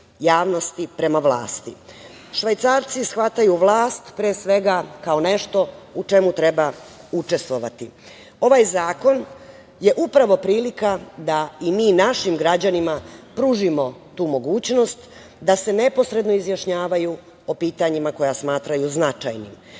javnosti prema vlasti. Švajcarci shvataju vlast, pre svega kao nešto u čemu treba učestvovati. Ovaj Zakon je upravo prilika da i mi našim građanima pružimo tu mogućnost da se neposredno izjašnjavaju o pitanjima koja smatraju značajnim. Predlog